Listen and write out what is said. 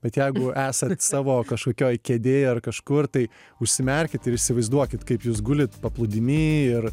bet jeigu esat savo kažkokioj kėdėj ar kažkur tai užsimerkit ir įsivaizduokit kaip jūs gulit paplūdimy ir